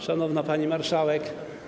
Szanowna Pani Marszałek!